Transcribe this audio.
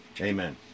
Amen